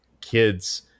kids